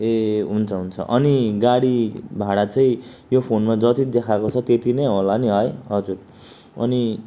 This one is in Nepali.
ए हुन्छ हुन्छ अनि गाडी भाडा चाहिँ यो फोनमा जति देखाएको छ त्यति नै होला नि है हजुर अनि